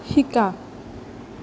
শিকা